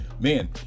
man